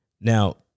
Now